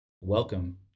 welcome